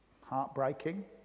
heartbreaking